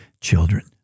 children